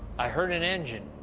i heard an engine.